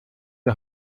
die